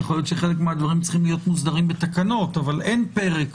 יכול להיות שחלק מהדברים צריכים להיות מוסדרים בתקנות אבל אין פרק